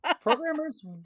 programmers